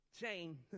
chain